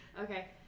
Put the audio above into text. Okay